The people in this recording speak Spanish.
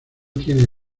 tiene